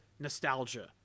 nostalgia